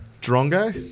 Drongo